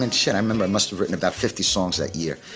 and shit. um um i must've written about fifty songs that year.